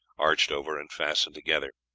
arched over and fastened together.